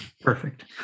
Perfect